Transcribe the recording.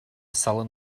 sullen